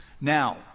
Now